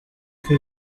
que